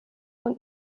und